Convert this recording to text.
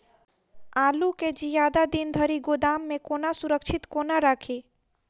आलु केँ जियादा दिन धरि गोदाम मे कोना सुरक्षित कोना राखि?